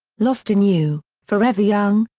lost in you, forever young,